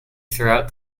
throughout